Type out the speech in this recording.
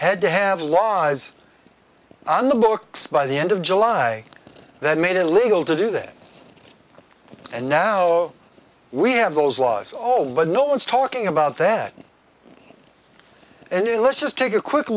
had to have laws on the books by the end of july that made it illegal to do that and now we have those laws all but no one's talking about that anyway let's just take a quick